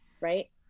right